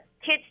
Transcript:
kids